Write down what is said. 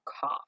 cough